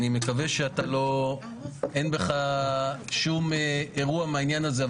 אני מקווה שאין בך שום אירוע מהעניין הזה.